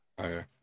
Okay